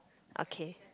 okay